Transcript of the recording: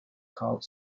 called